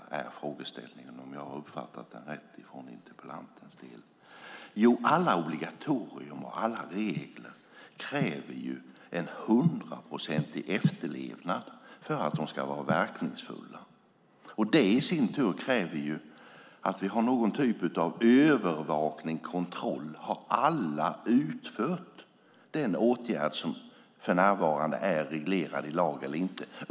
Det är frågeställningen från interpellanten, om jag har uppfattat den rätt. Jo, alla obligatorier och alla regler kräver en hundraprocentig efterlevnad för att de ska vara verkningsfulla. Det i sin tur kräver att vi har någon typ av övervakning och kontroll av om alla har utfört den åtgärd som för närvarande är reglerad i lag.